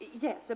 Yes